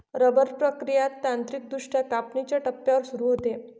rubber प्रक्रिया तांत्रिकदृष्ट्या कापणीच्या टप्प्यावर सुरू होते